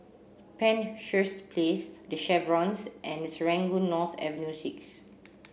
Penshurst Place the Chevrons and Serangoon North Avenue six